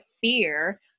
fear